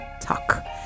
talk